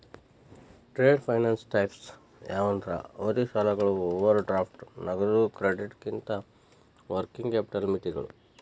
trade finance types ಯಾವಂದ್ರ ಅವಧಿ ಸಾಲಗಳು ಓವರ್ ಡ್ರಾಫ್ಟ್ ನಗದು ಕ್ರೆಡಿಟ್ನಂತ ವರ್ಕಿಂಗ್ ಕ್ಯಾಪಿಟಲ್ ಮಿತಿಗಳ